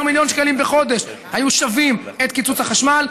אם 15 מיליון שקלים בחודש היו שווים את קיצוץ החשמל,